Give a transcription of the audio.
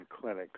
clinics